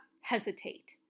hesitate